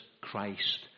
Christ